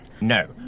No